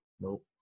nope